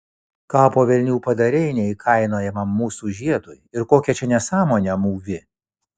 ką po velnių padarei neįkainojamam mūsų žiedui ir kokią čia nesąmonę mūvi